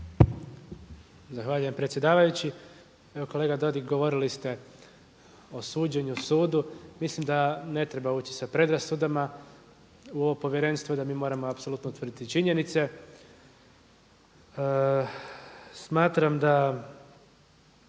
Zahvaljujem predsjedavajući. Evo kolega Dodig, govorili ste o suđenju, sudu. Mislim da ne treba ići sa predrasudama u ovo povjerenstvo i da mi moramo apsolutno utvrditi činjenice. Smatram da,